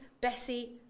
Bessie